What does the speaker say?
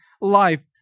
life